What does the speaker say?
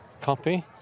copy